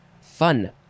Fun